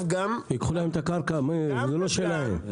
ייקחו להם את הקרקע, זה לא שלהם.